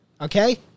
Okay